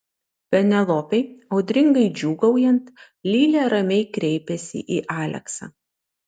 penelopei audringai džiūgaujant lilė ramiai kreipėsi į aleksą